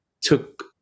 took